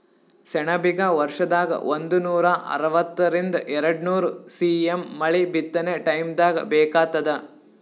ಸೆಣಬಿಗ ವರ್ಷದಾಗ್ ಒಂದನೂರಾ ಅರವತ್ತರಿಂದ್ ಎರಡ್ನೂರ್ ಸಿ.ಎಮ್ ಮಳಿ ಬಿತ್ತನೆ ಟೈಮ್ದಾಗ್ ಬೇಕಾತ್ತದ